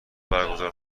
برگزار